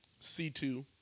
C2